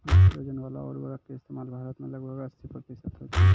nitrogen बाला उर्वरको के इस्तेमाल भारत मे लगभग अस्सी प्रतिशत होय छै